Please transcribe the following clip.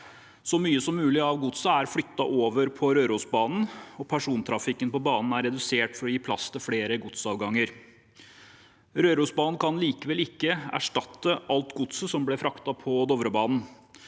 Så mye gods som mulig er flyttet over på Rørosbanen, og persontrafikken på banen er redusert for å gi plass til flere godsavganger. Rørosbanen kan likevel ikke erstatte alt godset som ble fraktet på Dovrebanen.